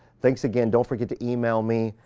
thanks again, don't forget to email me,